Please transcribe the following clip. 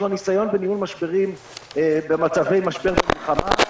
לו ניסיון בניהול משברים במצבי משבר של מלחמה,